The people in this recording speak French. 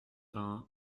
vingt